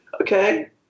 okay